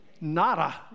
Nada